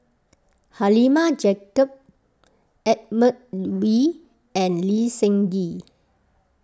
Halimah Yacob Edmund Wee and Lee Seng Gee